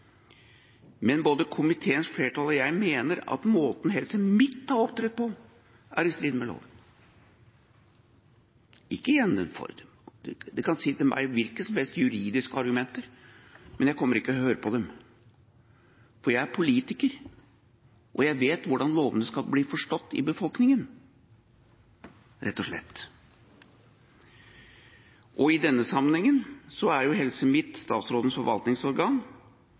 Men både komiteens flertall og jeg mener at måten Helse Midt har opptrådt på, er i strid med loven – ikke innenfor. En kan si til meg hvilke som helst juridiske argumenter, men jeg kommer ikke til å høre på dem, for jeg er politiker, og jeg vet hvordan lovene skal bli forstått i befolkningen, rett og slett. I denne sammenhengen er Helse Midt statsrådens forvaltningsorgan